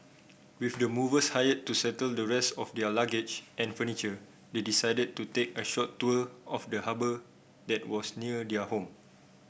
with the movers hired to settle the rest of their luggage and furniture they decided to take a short tour of the harbour that was near their home